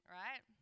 right